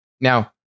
Now